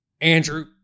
Andrew